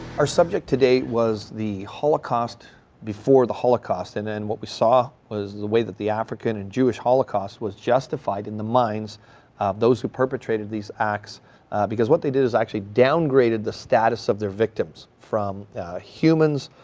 our subject today was the holocaust before the holocaust, and and what we saw was the way that the african and jewish holocaust was justified in the minds of those who perpetrated these acts because what they did is actually downgraded the status of their victims from humans